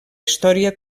història